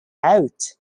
out